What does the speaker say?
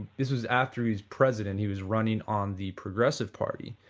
this was after he was president, he was running on the progressive party,